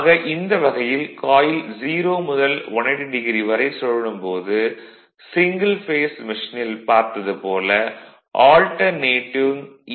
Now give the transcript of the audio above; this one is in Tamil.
ஆக இந்த வகையில் காயில் 0 முதல் 180 டிகிரி வரை சுழலும் போது சிங்கிள் பேஸ் மெஷினில் பார்த்தது போல ஆல்டர்னேடிங் ஈ